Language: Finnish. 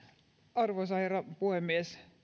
arvoisa herra puhemies